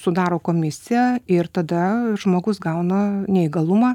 sudaro komisiją ir tada žmogus gauna neįgalumą